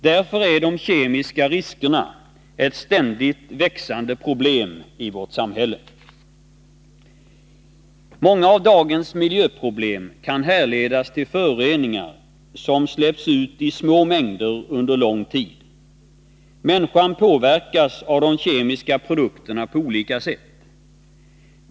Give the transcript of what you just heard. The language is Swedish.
Därför är de kemiska riskerna ett ständigt växande problem i vårt samhälle. Många av dagens miljöproblem kan härledas till föroreningar som släpps ut i små mängder under lång tid. Människan påverkas av de kemiska produkterna på olika sätt.